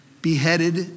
beheaded